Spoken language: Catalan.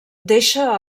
deixa